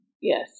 Yes